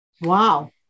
Wow